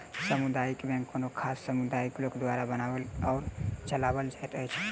सामुदायिक बैंक कोनो खास समुदायक लोक द्वारा बनाओल आ चलाओल जाइत अछि